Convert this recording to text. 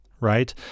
right